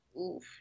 Oof